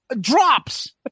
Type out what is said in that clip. drops